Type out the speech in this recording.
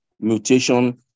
mutation